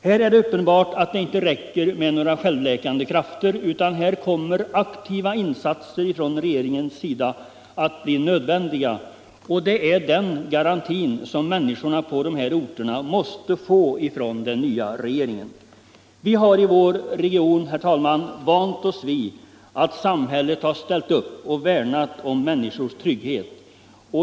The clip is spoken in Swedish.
Här är det uppenbart att det inte räcker med några självläkande krafter, utan här kommer aktiva insatser från regeringens sida att bli nödvändiga. Det är den garantin som människorna på dessa orter måste få från den nya regeringen. Vi har i vår region vant oss vid att samhället har ställt upp och värnat om människors trygghet.